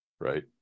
right